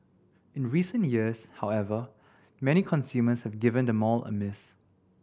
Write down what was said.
in recent years however many consumers have given the mall a miss